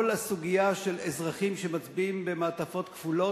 כל הסוגיה של אזרחים שמצביעים במעטפות כפולות,